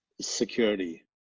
security